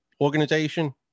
organization